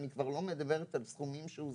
אני כבר לא מדברת על סכומים שהוזכרו,